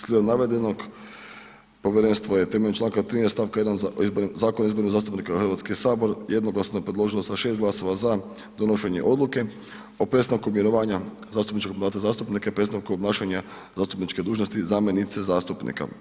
Slijedom navedenog, povjerenstvo je temeljem čl. 13. stavka 1. Zakona o izboru zastupnika u Hrvatski sabor jednoglasno predložilo sa 6 glasova za donošenje odluke o prestanku mirovanja zastupničkog mandata zastupnika i prestanku obnašanja zastupničke dužnosti zamjenice zastupnika.